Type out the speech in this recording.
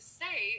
say